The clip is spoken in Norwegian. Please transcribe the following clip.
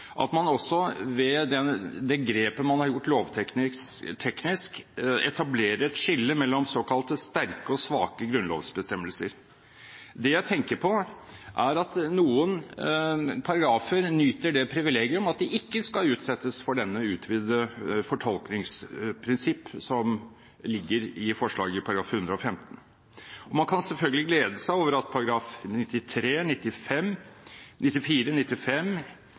at man også ved det grepet man har gjort lovteknisk, etablerer et skille mellom såkalte sterke og svake grunnlovsbestemmelser. Det jeg tenker på, er at noen paragrafer nyter det privilegium at de ikke skal utsettes for dette utvidede fortolkningsprinsipp som ligger i forslaget i § 115. Man kan selvfølgelig glede seg over at §§ 93, 94, 95,